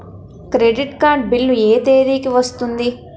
Credit card bill ఎ తేదీ కి వస్తుంది?